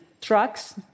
trucks